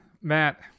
Matt